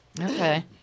Okay